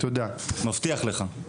אני מבטיח לך.